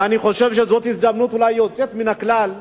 ואני חושב שזאת הזדמנות, אולי יוצאת מן הכלל,